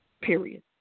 Period